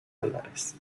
álvarez